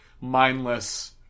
mindless